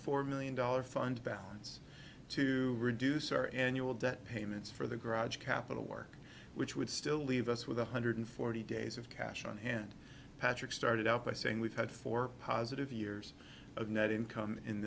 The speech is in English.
four million dollar fund balance to reduce our annual debt payments for the garage capital work which would still leave us with one hundred forty days of cash on hand patrick started out by saying we've had four positive years of net income in